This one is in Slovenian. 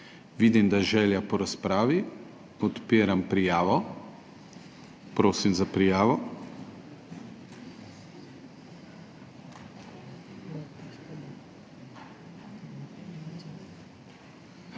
Vidim, da je želja po razpravi. Odpiram prijavo. Prosim za prijavo.